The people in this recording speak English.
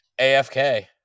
AFK